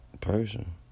person